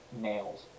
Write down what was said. nails